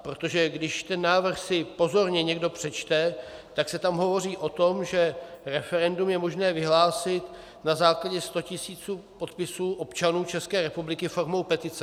Protože když si ten návrh pozorně někdo přečte, tak se tam hovoří o tom, že referendum je možné vyhlásit na základě 100 tisíc podpisů občanů České republiky formou petice.